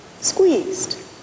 Squeezed